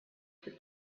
for